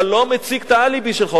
אתה לא מציג את האליבי שלך.